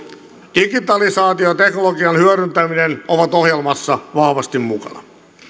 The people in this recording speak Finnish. digitalisaatio ja teknologian hyödyntäminen ovat ohjelmassa vahvasti mukana